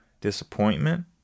disappointment